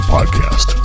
Podcast